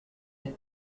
der